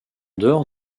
dehors